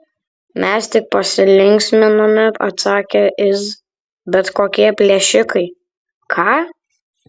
mes tik pasilinksminome atsakė iz bet kokie plėšikai ką